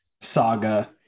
saga